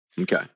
Okay